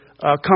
come